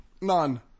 None